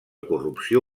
corrupció